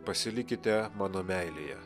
pasilikite mano meilėje